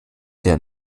der